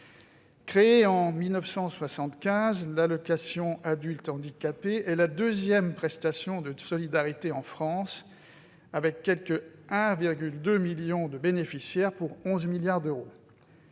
Créée en 1975, l'allocation aux adultes handicapés est la deuxième prestation de solidarité en France, avec quelque 1,2 million de bénéficiaires, pour 11 milliards d'euros.